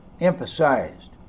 emphasized